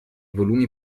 volumi